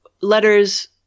letters